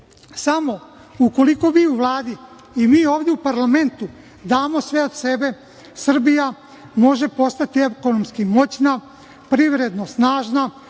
Samo ukoliko vi u Vladi i mi ovde u parlamentu damo sve od sebe Srbija može postati ekonomski moćna, privredno snažna,